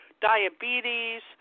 diabetes